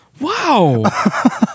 Wow